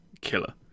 killer